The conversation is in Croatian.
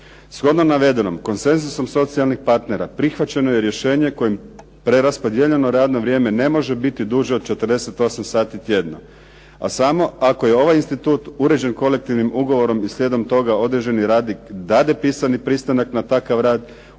Shodno navedenom konsenzusom socijalnih partnera prihvaćeno je rješenje kojim preraspodijeljeno radno vrijeme ne može biti duže od 48 sati tjedno, a samo ako je ovaj institut uređen kolektivnim ugovorom i slijedom toga određeni radnik dade pisani pristanak na takav rad,